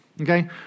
okay